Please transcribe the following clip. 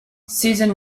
susan